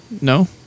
No